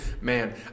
man